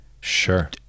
Sure